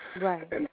Right